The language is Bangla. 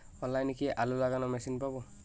অনলাইনে কি আলু লাগানো মেশিন পাব?